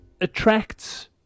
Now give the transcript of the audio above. attracts